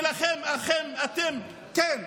ולכם, אתם, כן,